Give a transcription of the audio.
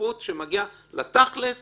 כשמגיעים לתכל'ס